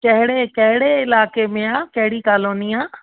कहिड़े कहिड़े इलाइक़े में आहे कहिड़ी कॉलोनी आहे